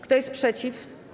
Kto jest przeciw?